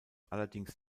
allerdings